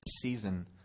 season